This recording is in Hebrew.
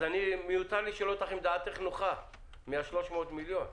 אז מיותר לשאול אותך אם דעתך נוחה מה-300 מיליון?